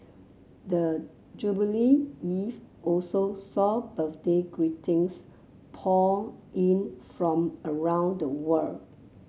the jubilee eve also saw birthday greetings pour in from around the world